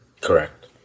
Correct